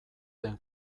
den